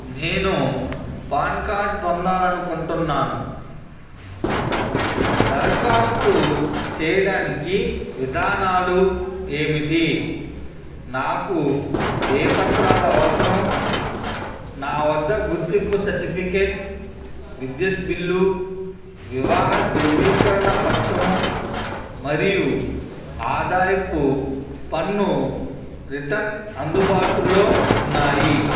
నేను PAN card పొందాలనుకుంటున్నాను దరఖాస్తు చేయడానికి విధానాలు ఏమిటి నాకు ఏ పత్రాలు అవసరం నా వద్ద గుర్తింపు సర్టిఫికేట్ విద్యుత్ బిల్లు వివాహ ధ్రువీకరణ పత్రము మరియు ఆదాయపు పన్ను రిటర్న్ అందుబాటులో ఉన్నాయి